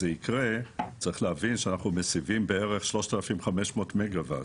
צריך להבין שאנחנו מסבים בערך 3,500 מגה-וואט.